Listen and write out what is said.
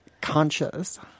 conscious